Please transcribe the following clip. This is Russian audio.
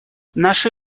наши